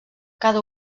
cada